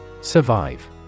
Survive